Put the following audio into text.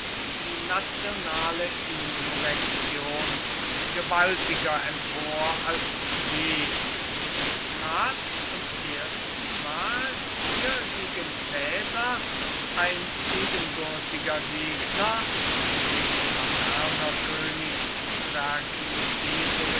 die nationale insurrektion gewaltiger empor als je und trat zum erstenmal hier gegen caesar ein ebenbürtiger gegner in dem